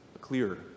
clear